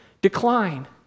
decline